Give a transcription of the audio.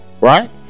right